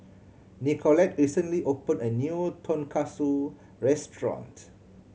Nicolette recently opened a new Tonkatsu Restaurant